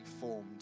formed